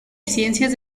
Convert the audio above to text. ciencias